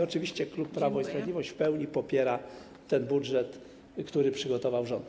Oczywiście klub Prawo i Sprawiedliwość w pełni popiera ten budżet, który przygotował rząd.